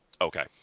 Okay